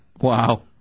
Wow